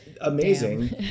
amazing